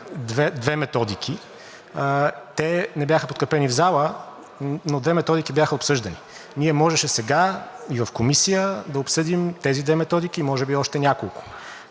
две методики. Те не бяха подкрепени в залата, но две методики бяха обсъждани. Ние можеше сега и в Комисия да обсъдим тези две методики, а може би още няколко.